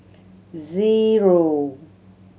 zero